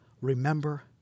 remember